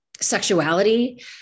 sexuality